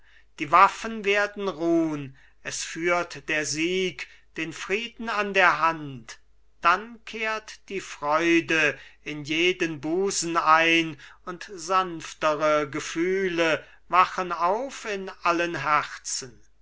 die waffen werden ruhn es führt der sieg den frieden an der hand dann kehrt die freude in jeden busen ein und sanftere gefühle wachen auf in allen herzen